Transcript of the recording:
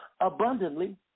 abundantly